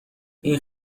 این